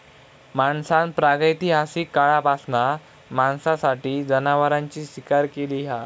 माणसान प्रागैतिहासिक काळापासना मांसासाठी जनावरांची शिकार केली हा